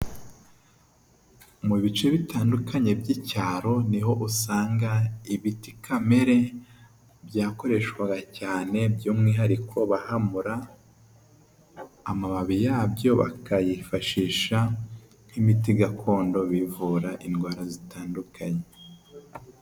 Mu bice bitandukanye by'icyaro niho usanga ibiti kamere byakoreshwaga cyane by'umwihariko bahanura amababi yabyo bakayifashisha nk'imiti gakondo bivura indwara zitandukanye.